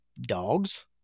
Dogs